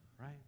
right